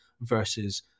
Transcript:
versus